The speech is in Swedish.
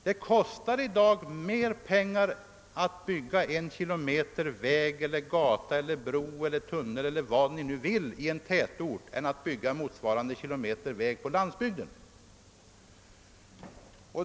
Det kostar i dag mer pengar att bygga en kilometer väg, gata, bro, tunnel o.s.v. i en tätort än att bygga motsvarande kilometer väg på landsbygden.